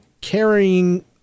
Carrying